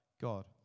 God